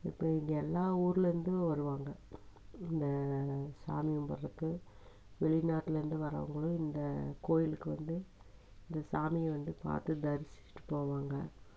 இப்போ இங்கே எல்லா ஊர்லேருந்தும் வருவாங்க இந்த சாமி கும்பிட்றக்கு வெளிநாட்டுலருந்து வர்றவங்களும் இந்த கோவிலுக்கு வந்து இந்த சாமியை வந்து பார்த்து தரிசிச்சுட்டு போவாங்க